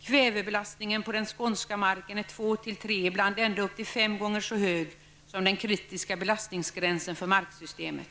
Kvävebelastningen på den skånska marken är två till tre, ibland ända upp till fem gånger så hög som den kritiska belastningsgränsen för marksystemet.